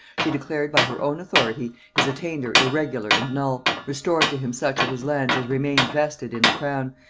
she declared by her own authority his attainder irregular and null, restored to him such of his lands as remained vested in the crown,